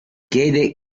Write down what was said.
chiede